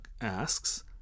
asks